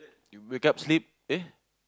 you wake up sleep eh